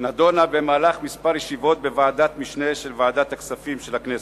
נדונה במהלך כמה ישיבות בוועדת משנה של ועדת הכספים של הכנסת.